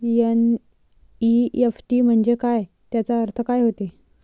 NEFT म्हंजे काय, त्याचा अर्थ काय होते?